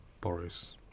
Boris